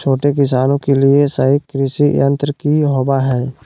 छोटे किसानों के लिए सही कृषि यंत्र कि होवय हैय?